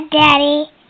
Daddy